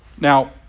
Now